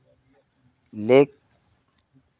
lake